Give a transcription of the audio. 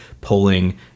polling